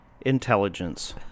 intelligence